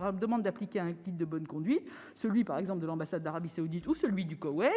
leur demander d'appliquer un guide de bonne conduite, comme celui de l'ambassade d'Arabie saoudite ou celui du Koweït.